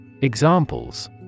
Examples